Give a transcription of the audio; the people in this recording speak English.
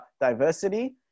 diversity